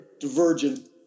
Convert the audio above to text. divergent